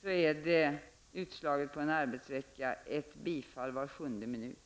blir det i själva verket, utslaget på en arbetsvecka, ett bifall var sjunde minut,